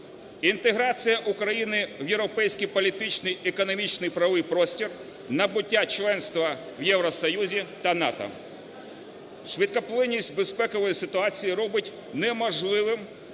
інтеграція України в європейський, політичний, економічний, правовий простір; набуття членства в Євросоюзі та НАТО. Швидкоплинність безпекової ситуації робить неможливим